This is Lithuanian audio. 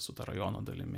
su ta rajono dalimi